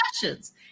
discussions